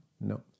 No